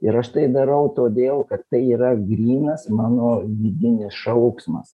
ir aš tai darau todėl kad tai yra grynas mano vidinis šauksmas